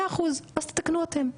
מאה אחוז אז תתקנו אתם,